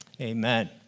amen